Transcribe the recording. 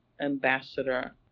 ambassador